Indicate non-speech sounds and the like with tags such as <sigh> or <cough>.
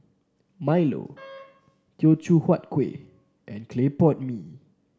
Milo <noise> Teochew Huat Kueh and Clay Pot Mee